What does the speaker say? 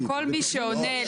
וזכות הערעור,